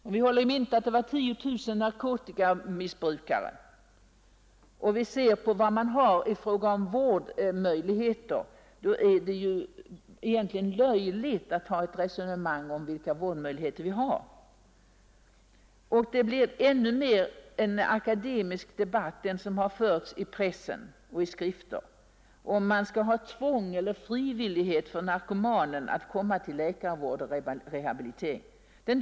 Om vi håller i minnet att det finns 10 000 narkotikamissbrukare och ser på vad vi har i fråga om vårdmöjligheter är det ju egentligen löjligt att ha ett resonemang om vilka vårdmöjligheter som finns. Den debatt som förts i pressen och i olika skrifter om huruvida det skall vara tvång eller frivillighet för narkomanen att komma till läkarvård och rehabilitering framstår då som ännu mer akademisk.